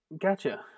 gotcha